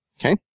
Okay